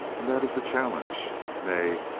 and that is a challenge. nay,